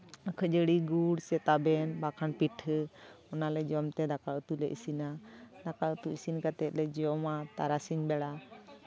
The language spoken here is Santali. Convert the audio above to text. ᱠᱷᱟᱹᱡᱟᱲᱤ ᱜᱩᱲ ᱥᱮ ᱛᱟᱵᱮᱱ ᱵᱟᱠᱷᱟᱱ ᱯᱤᱴᱷᱟᱹ ᱚᱱᱟᱞᱮ ᱡᱚᱢ ᱛᱮ ᱫᱟᱠᱟ ᱩᱛᱩᱞᱮ ᱤᱥᱤᱱᱟ ᱫᱟᱠᱟ ᱩᱛᱩ ᱤᱥᱤᱱ ᱠᱟᱛᱮᱫ ᱞᱮ ᱡᱚᱢᱟ ᱛᱟᱨᱟᱥᱤᱧ ᱵᱮᱲᱟ